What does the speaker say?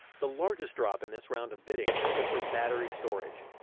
the largest drop in this round of bidding was for battery storage.